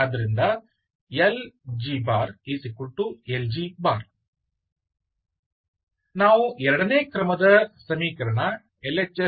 ಆದ್ದರಿಂದ LgLg ನಾವು ಎರಡನೇ ಕ್ರಮದ ಸಮೀಕರಣ L